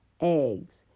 eggs